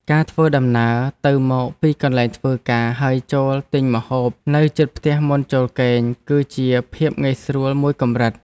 ការធ្វើដំណើរទៅមកពីកន្លែងធ្វើការហើយចូលទិញម្ហូបនៅជិតផ្ទះមុនចូលគេង គឺជាភាពងាយស្រួលមួយកម្រិត។